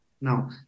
now